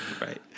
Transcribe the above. Right